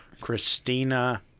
Christina